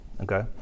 Okay